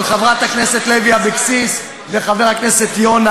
של חברת הכנסת לוי אבקסיס וחבר הכנסת יונה,